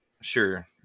Sure